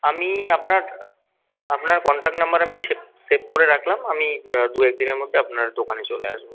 আমি আপনার আপনার কনট্যাক্ট নাম্বার আমি সেভ করে রাখলাম আমি দু এক দিনের মধ্যে আপনার দোকানে চলে আসবো